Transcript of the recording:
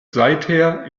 seither